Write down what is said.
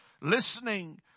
listening